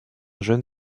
jeune